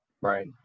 Right